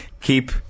Keep